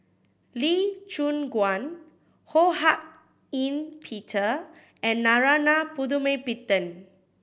Lee Choon Guan Ho Hak Ean Peter and Narana Putumaippittan